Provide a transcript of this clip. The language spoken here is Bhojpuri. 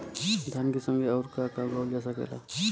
धान के संगे आऊर का का उगावल जा सकेला?